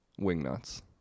wingnuts